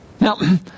Now